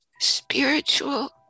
spiritual